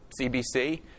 CBC